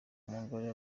umugore